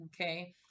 okay